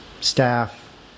staff